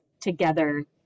together